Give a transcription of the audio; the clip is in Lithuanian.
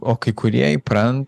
o kai kurie įpran